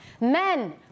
Men